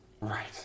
Right